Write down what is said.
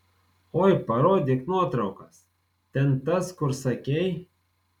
oi parodyk nuotraukas ten tas kur sakei